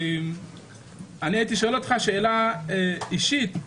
אני הייתי שואל אותך שאלה אישית.